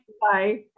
Bye